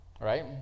right